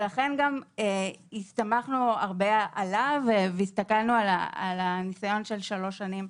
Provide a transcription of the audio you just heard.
לכן גם הסתמכנו הרבה עליו והסתכלנו על הניסיון של שלוש שנים,